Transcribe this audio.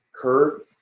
Kurt